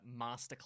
Masterclass